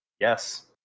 Yes